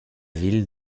ville